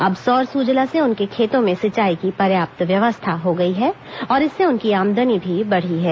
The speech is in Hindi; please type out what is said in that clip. अब सौर सुजला से उनके खेतों में सिंचाई की पर्याप्त व्यवस्था हो गई है और इससे उनकी आमदनी भी बढ़ी है